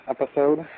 episode